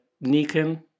Nikon